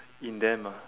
in them ah